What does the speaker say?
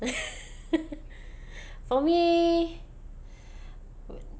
for me